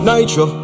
Nitro